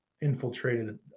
infiltrated